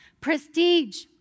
prestige